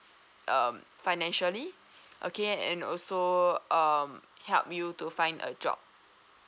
um financially okay and also so um help you to find a job